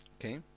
Okay